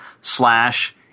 slash